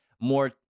more